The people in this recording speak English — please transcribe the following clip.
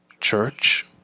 church